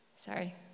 Sorry